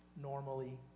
normally